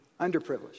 underprivileged